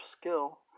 skill